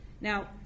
Now